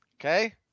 Okay